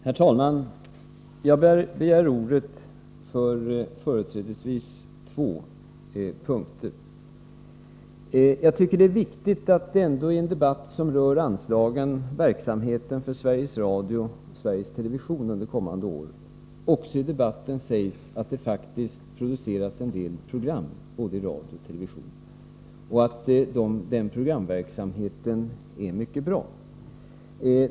Herr talman! Jag har begärt ordet för att tala om företrädesvis två punkter. Jag tycker att det är viktigt att det i en debatt, som rör anslagen och verksamheten för Sveriges Radio och Sveriges Television under kommande år, också sägs att det faktiskt produceras en del program, både i radio och i television, och att den programverksamheten är mycket bra.